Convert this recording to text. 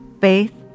faith